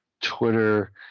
Twitter